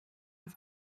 auf